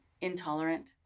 intolerant